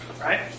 Right